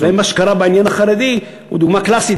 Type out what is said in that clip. מה שקרה בעניין החרדי הוא דוגמה קלאסית,